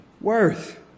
worth